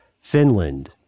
Finland